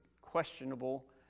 questionable